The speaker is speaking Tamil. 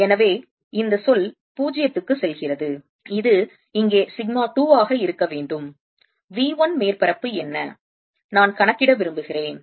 எனவே இந்த சொல் 0 க்கு செல்கிறது இது இங்கே சிக்மா 2 ஆக இருக்க வேண்டும் V 1 மேற்பரப்பு என்ன நான் கணக்கிட விரும்புகிறேன்